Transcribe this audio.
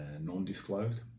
non-disclosed